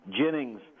Jennings